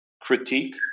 critique